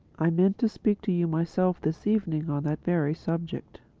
i meant to speak to you myself this evening on that very subject.